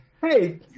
hey